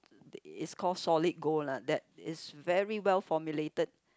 is call solid gold lah that is very well formulated